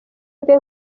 mbe